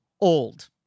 old